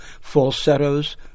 Falsettos